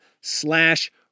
slash